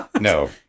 No